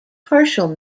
partial